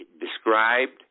described